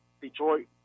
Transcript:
Detroit